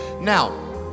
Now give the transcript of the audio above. Now